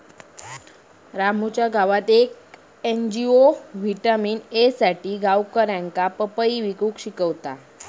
रामूच्या गावात येक एन.जी.ओ व्हिटॅमिन ए साठी गावकऱ्यांका पपई पिकवूक शिकवता